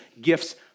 gifts